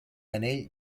anell